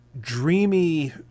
dreamy